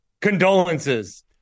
condolences